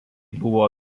buvo